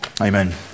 Amen